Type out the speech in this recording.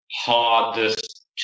hardest